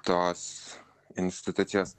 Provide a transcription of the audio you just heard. tos institucijos